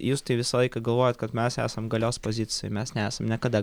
jūs tai visą laiką galvojat kad mes esam galios pozicijoj mes nesam niekada